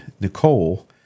Nicole